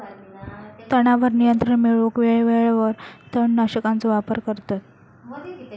तणावर नियंत्रण मिळवूक वेळेवेळेवर तण नाशकांचो वापर करतत